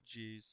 jeez